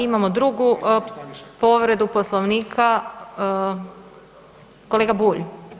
Imamo drugu povredu Poslovnika, kolega Bulj.